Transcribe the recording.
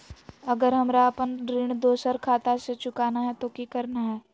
अगर हमरा अपन ऋण दोसर खाता से चुकाना है तो कि करना है?